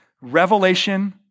Revelation